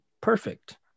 perfect